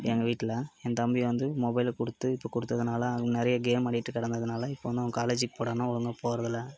எங்கள் வீட்டில் என் தம்பி வந்து மொபைலை கொடுத்து இப்போ கொடுத்ததுனால அவன் நிறையா கேம் ஆடிகிட்டு கிடந்ததுனால இப்போ வந்து அவன் காலேஜிக்கு போடான்னால் ஒழுங்காக போகிறதில்ல